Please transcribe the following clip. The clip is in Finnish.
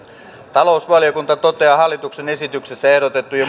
talousvaliokunta toteaa hallituksen esityksessä ehdotettujen